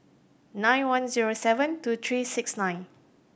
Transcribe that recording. nine one zero seven two three six nine